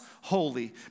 holy